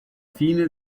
fine